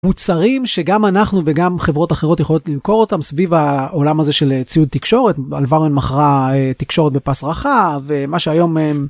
מוצרים שגם אנחנו וגם חברות אחרות יכולות למכור אותם סביב העולם הזה של ציוד תקשורת בלבן מכרה תקשורת בפס רחב מה שהיום